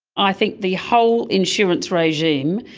i think the whole insurance regime,